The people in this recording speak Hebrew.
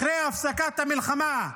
אחרי הפסקת המלחמה,